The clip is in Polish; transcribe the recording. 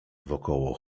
wokoło